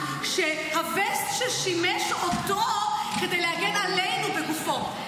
שהווסט שימש אותו ששימש אותו כדי להגן עלינו בגופו.